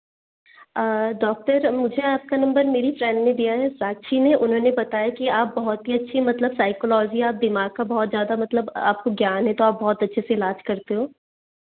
doctor मुझे आपका number मेरी फ़्रेंड ने दिया है साक्शी ने उन्होंने बताया कि आप बहुत ही अच्छी मतलब साइकोलॉजी आप दिमाग का बहुत ज़्यादा मतलब आपको ज्ञान है तो आप बहुत अच्छे से इलाज करते हो